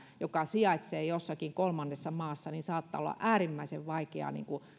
joka sijaitsee jossakin kolmannessa maassa saattaa olla äärimmäisen vaikeaa